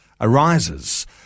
arises